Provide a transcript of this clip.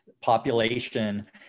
population